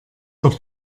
doch